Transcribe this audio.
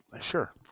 Sure